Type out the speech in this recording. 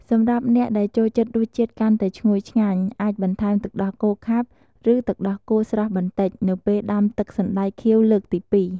សម្រាប់អ្នកដែលចូលចិត្តរសជាតិកាន់តែឈ្ងុយឆ្ងាញ់ អាចបន្ថែមទឹកដោះគោខាប់ ឬទឹកដោះគោស្រស់បន្តិច នៅពេលដាំទឹកសណ្ដែកខៀវលើកទីពីរ។